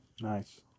Nice